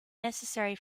necessary